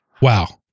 Wow